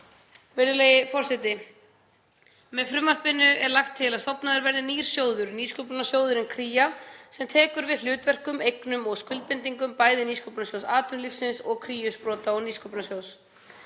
Virðulegi forseti. Með frumvarpinu er lagt til að stofnaður verði nýr sjóður, Nýsköpunarsjóðurinn Kría, sem tekur við hlutverkum, eignum og skuldbindingum bæði Nýsköpunarsjóðs atvinnulífsins og Kríu, sprota- og nýsköpunarsjóðs.